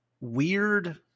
weird